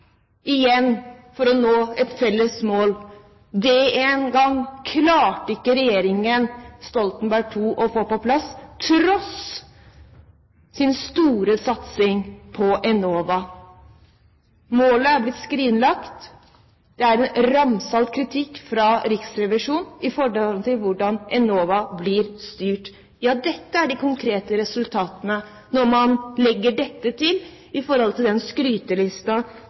igjen for å nå et felles mål. Ikke det engang klarte regjeringen Stoltenberg II å få plass, tross sin store satsing på Enova. Målet er blitt skrinlagt. Det er en ramsalt kritikk fra Riksrevisjonen om hvordan Enova blir styrt. Dette er de konkrete resultatene. Når man legger disse til den